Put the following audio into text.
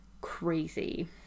crazy